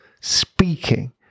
speaking